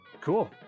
cool